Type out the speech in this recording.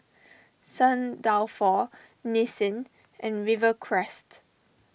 Saint Dalfour Nissin and Rivercrest